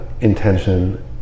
intention